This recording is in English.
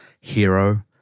hero